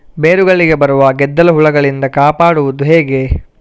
ಬೇರುಗಳಿಗೆ ಬರುವ ಗೆದ್ದಲು ಹುಳಗಳಿಂದ ಕಾಪಾಡುವುದು ಹೇಗೆ?